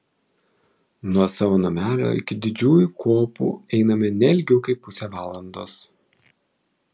nuo savo namelio iki didžiųjų kopų einame ne ilgiau kaip pusę valandos